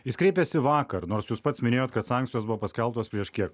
jis kreipėsi vakar nors jūs pats minėjot kad sankcijos buvo paskelbtos prieš kiek